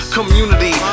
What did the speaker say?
Community